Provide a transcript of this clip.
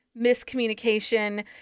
miscommunication